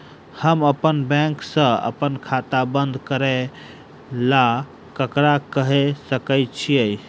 हम अप्पन बैंक सऽ अप्पन खाता बंद करै ला ककरा केह सकाई छी?